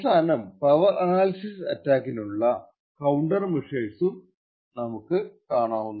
അവസാനം power analysis അറ്റാക്കിനുള്ള counter മെഷർസും കാണും